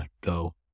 go